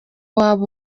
waba